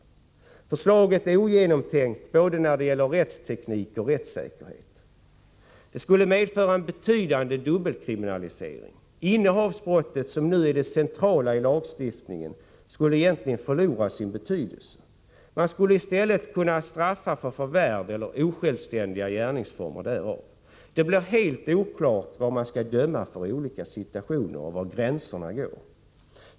Förslaget är ogenomtänkt, både när det gäller rättsteknik och rättssäkerhet. Det skulle medföra en betydande dubbelkriminalisering. Innehavsbrottet, som nu är det centrala i lagstiftningen, skulle egentligen förlora sin betydelse. Man skulle i stället kunna straffa för förvärv eller osjälvständiga gärningsformer därav. Det blir helt oklart vad man skall döma för i olika situationer och var gränserna går.